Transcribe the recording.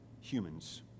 humans